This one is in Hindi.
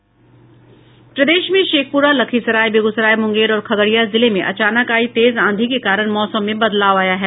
प्रदेश में शेखपुरा लखीसराय बेगूसराय मुंगेर और खगड़िया जिले में अचानक आयी तेज आंधी के कारण मौसम में बदलाव आया है